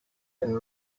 and